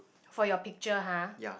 for your picture [huh]